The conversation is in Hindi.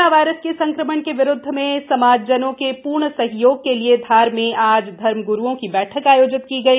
कोरोना वायरस के संक्रमण के विरूद्ध समाजजनों के पूर्ण सहयोग के लिए धार में आज धर्म ग्रुओं की बैठक आयोजित की गई